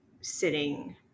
sitting